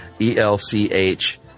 E-L-C-H